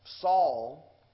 Saul